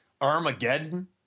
Armageddon